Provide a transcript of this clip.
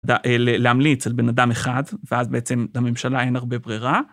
להמליץ על בן אדם אחד, ואז בעצם לממשלה אין הרבה ברירה.